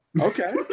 Okay